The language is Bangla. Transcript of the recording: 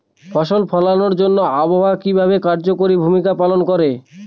ফসল ফলানোর জন্য আবহাওয়া কিভাবে কার্যকরী ভূমিকা পালন করে?